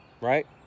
right